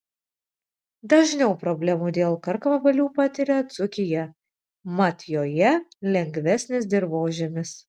dažniau problemų dėl karkvabalių patiria dzūkija mat joje lengvesnis dirvožemis